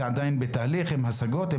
זה עדיין בתהליך עם השגות?